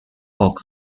oak